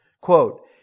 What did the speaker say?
quote